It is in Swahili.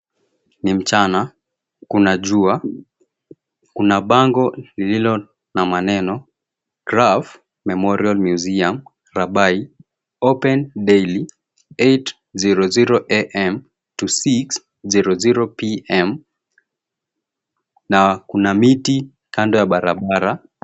Ni mchana kuna jua. Kuna bango lililo na maneno, Kraph Memorial Museum Rabai Open Daily 8.00Am to 6.00Pm, na kuna miti kando ya barabara.